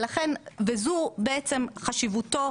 וזו בעצם חשיבותו